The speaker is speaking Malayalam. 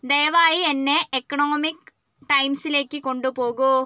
ദയവായി എന്നെ എക്കണോമിക് ടൈംസിലേക്ക് കൊണ്ടുപോകൂ